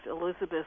Elizabeth